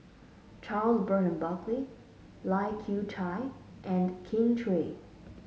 Charles Burton Buckley Lai Kew Chai and Kin Chui